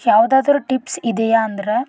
ಯಾವುದಾದ್ರೂ ಟಿಪ್ಸ್ ಇದೆಯಾ ಅಂದ್ರೆ